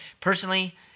Personally